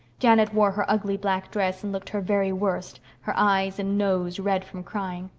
janet wore her ugly black dress and looked her very worst, her eyes and nose red from crying.